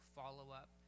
follow-up